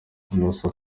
innocent